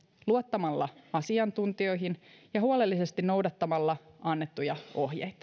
luottamalla asiantuntijoihin ja noudattamalla annettuja ohjeita